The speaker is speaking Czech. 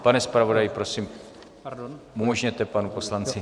Pane zpravodaji, prosím, umožněte panu poslanci.